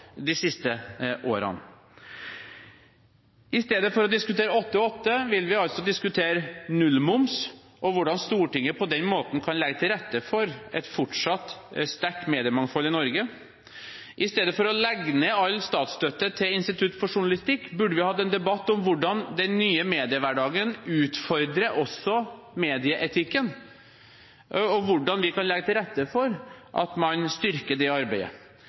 de siste årene. I stedet for å diskutere 8–8 vil vi altså diskutere nullmoms og hvordan Stortinget på den måten kan legge til rette for et fortsatt sterkt mediemangfold i Norge. I stedet for å legge ned all statsstøtte til Institutt for journalistikk burde vi hatt en debatt om hvordan den nye mediehverdagen utfordrer også medieetikken, og hvordan vi kan legge til rette for at man styrker det arbeidet.